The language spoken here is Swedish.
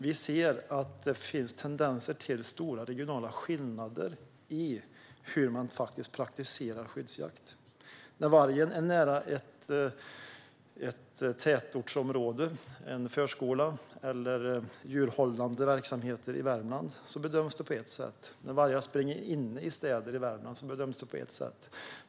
Vi ser att det finns tendenser till stora regionala skillnader i hur man praktiserar skyddsjakt. När vargen är nära ett tätortsområde, en förskola eller djurhållande verksamheter i Värmland bedöms det på ett sätt. När vargar springer inne i städer i Värmland bedöms det på ett sätt.